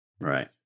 Right